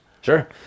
Sure